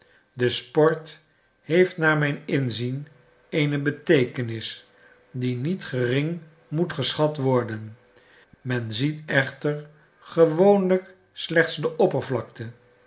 de sport heeft naar mijn inzien eene beteekenis die niet gering moet geschat worden men ziet echter gewoonlijk slechts de oppervlakte